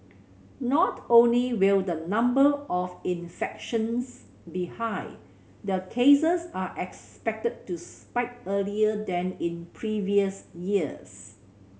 not only will the number of infections be high the cases are expected to spike earlier than in previous years